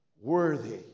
Worthy